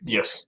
Yes